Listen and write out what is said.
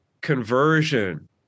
conversion